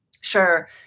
Sure